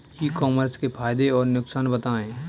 ई commerce के फायदे और नुकसान बताएँ?